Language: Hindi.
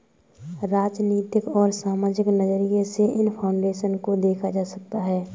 राजनीतिक और सामाजिक नज़रिये से इन फाउन्डेशन को देखा जा सकता है